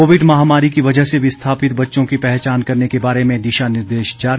Covid महामारी की वजह से विस्थापित बच्चों की पहचान करने के बारे में दिशा निर्देश जारी